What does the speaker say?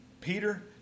Peter